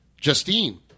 Justine